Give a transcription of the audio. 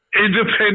Independent